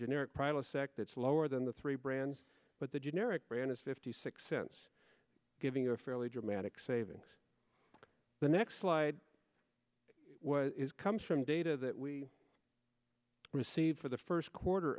that's lower than the three brands but the generic brand is fifty six cents giving a fairly dramatic savings the next slide what is comes from data that we received for the first quarter